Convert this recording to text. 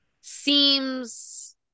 seems